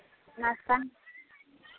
ᱱᱟᱥᱛᱟ